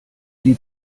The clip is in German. die